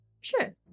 sure